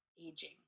aging